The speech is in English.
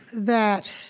that.